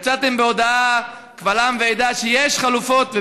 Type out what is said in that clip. יצאתם בהודעה קבל עם ועדה שיש חלופות,